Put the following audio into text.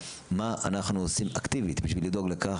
מה אנחנו עושים אקטיבית בשביל לדאוג לכך,